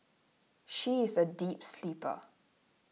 she is a deep sleeper